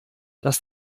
dass